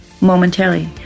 momentarily